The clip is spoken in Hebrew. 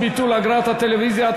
ביטול אגרת הטלוויזיה),